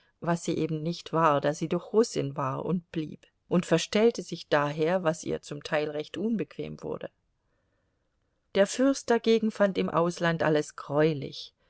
was sie eben nicht war da sie doch russin war und blieb und verstellte sich daher was ihr zum teil recht unbequem wurde der fürst dagegen fand im ausland alles greulich